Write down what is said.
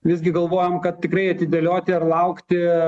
visgi galvojam kad tikrai atidėlioti ar laukti